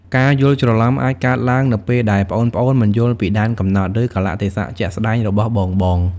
ការយល់ច្រឡំអាចកើតឡើងនៅពេលដែលប្អូនៗ មិនយល់ពីដែនកំណត់ ឬកាលៈទេសៈជាក់ស្ដែង របស់បងៗ។